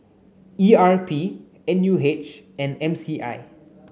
E R P N U H and M C I